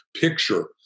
picture